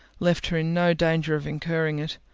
left her in no danger of incurring it.